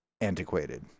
antiquated